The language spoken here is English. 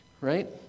Right